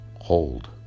hold